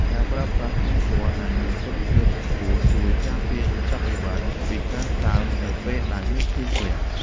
ការប្រើប្រាស់ធុងជ័រដែលមានគុណភាពខ្ពស់ជួយការពារកញ្ចប់អីវ៉ាន់ពីការសើមនៅពេលដែលមានភ្លៀងធ្លាក់។